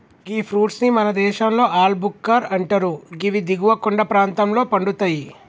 గీ fruit ని మన దేశంలో ఆల్ భుక్కర్ అంటరు గివి దిగువ కొండ ప్రాంతంలో పండుతయి